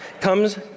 comes